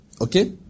Okay